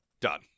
Done